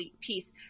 peace